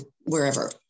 wherever